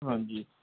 ਹਾਂਜੀ